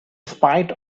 spite